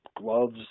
gloves